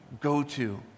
go-to